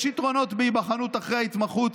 יש יתרונות בהיבחנות אחרי ההתמחות,